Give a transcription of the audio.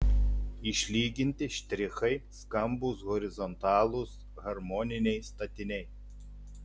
išlyginti štrichai skambūs horizontalūs harmoniniai statiniai